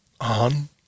on